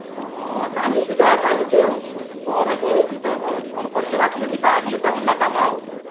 ହଁ ଚାଲୁଛି ଯାହା ଚାଲୁଛି ଆଉ କୋ ଘର ଚଳୁଛି ତ ଆଉ କ'ଣ ଖର୍ଚ୍ଚ ବାର୍ଚ୍ଚ ଯଦି ବାହାରିଲେ ତ ହେଲା କାମ ଆଉ